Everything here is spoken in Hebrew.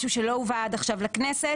משהו שלא הובא עד עכשיו לכנסת,